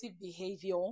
behavior